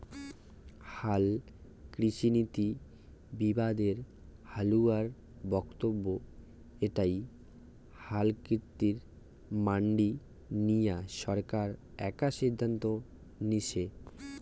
হালকৃষিনীতি বিবাদে হালুয়ার বক্তব্য এ্যাই হালকৃষিত মান্ডি নিয়া সরকার একা সিদ্ধান্ত নিসে